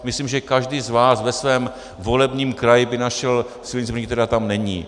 Myslím, že každý z vás ve svém volebním kraji by našel silnici, která tam není.